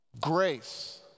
grace